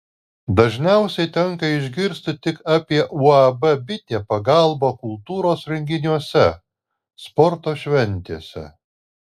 dažniausiai tenka išgirsti tik apie uab bitė pagalbą kultūros renginiuose sporto šventėse